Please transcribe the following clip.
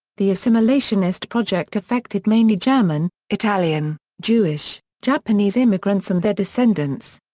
the assimilationist project affected mainly german, italian, jewish, japanese immigrants and their descendants.